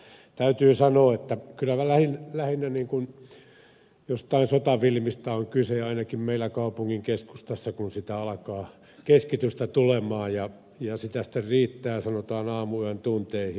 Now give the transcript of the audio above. kyllä täytyy sanoa että kyllä lähinnä jostain sotafilmistä on kyse ainakin meillä kaupungin keskustassa kun sitä alkaa keskitystä tulla ja sitä sitten riittää sanotaan aamuyön tunteihin